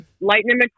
Lightning